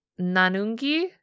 Nanungi